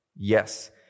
Yes